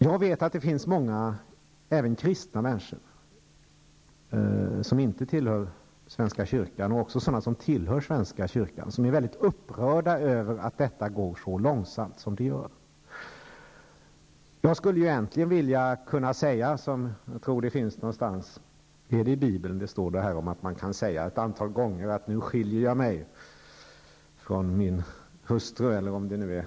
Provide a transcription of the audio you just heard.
Jag vet att det finns många, även kristna människor, som inte tillhör svenska kyrkan, och även sådana som tillhör svenska kyrkan, som är mycket upprörda över att detta går så långsamt som det gör. Jag skulle egentligen vilja kunna säga som det står -- är det möjligen i Bibeln -- att man ett antal gånger kan säga: Nu skiljer jag mig från min hustru.